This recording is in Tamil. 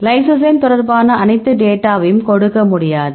லைசோசைம் தொடர்பான அனைத்து டேட்டாவையும் கொடுக்க முடியாது